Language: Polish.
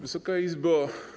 Wysoka Izbo!